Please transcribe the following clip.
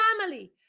family